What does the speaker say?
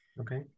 Okay